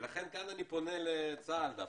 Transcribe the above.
לכן כאן אני פונה לצה"ל דווקא.